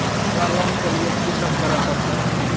हमरा लोन के लिए की सब करे परतै?